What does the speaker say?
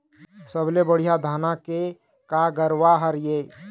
सबले बढ़िया धाना के का गरवा हर ये?